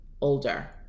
older